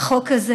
החוק הזה